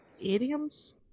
idioms